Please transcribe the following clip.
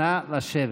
נא לשבת.